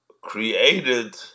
created